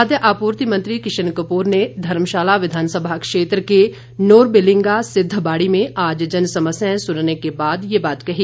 खाद्य आपूर्ति मंत्री किशन कपूर ने धर्मशाला विधानसभा क्षेत्र के नोरबिलिंगा सिद्धबाड़ी में आज जनसमस्याएं सुनने के बाद ये बात कही